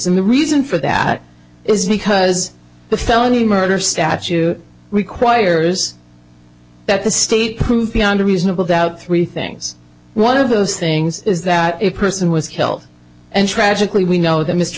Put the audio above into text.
and the reason for that is because the felony murder statute requires that the state prove beyond a reasonable doubt three things one of those things is that a person was killed and tragically we know that m